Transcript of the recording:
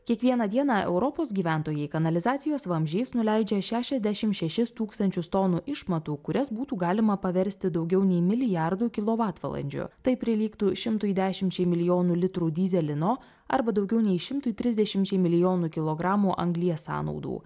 kiekvieną dieną europos gyventojai kanalizacijos vamzdžiais nuleidžia šešiasdešimt šešis tūkstančius tonų išmatų kurias būtų galima paversti daugiau nei milijardu kilovatvalandžių tai prilygtų šimtui dešimčiai milijonų litrų dyzelino arba daugiau nei šimtui trisdešimčiai milijonų kilogramų anglies sąnaudų